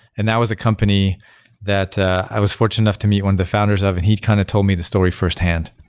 and that was a company that i was fortunate enough to meet one of the founders of. and he'd kind of told me the story firsthand.